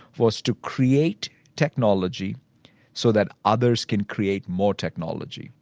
was to create technology so that others can create more technology.